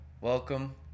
welcome